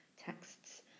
texts